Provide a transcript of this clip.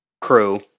crew